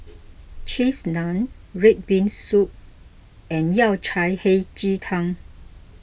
Cheese Naan Red Bean Soup and Yao Cai Hei Ji Tang